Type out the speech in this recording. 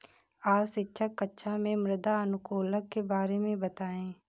आज शिक्षक कक्षा में मृदा अनुकूलक के बारे में बताएं